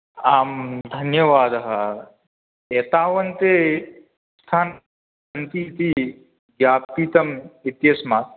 आं धन्यवादः एतावन्ति स्थानानि सन्तीति ज्ञापितम् इत्यस्मात्